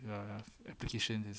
err appreciation this